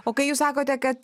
o kai jūs sakote kad